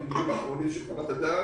בתיקונים האחרונים של חוות הדעת.